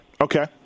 okay